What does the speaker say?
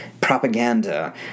propaganda